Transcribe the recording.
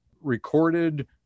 recorded